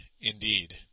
indeed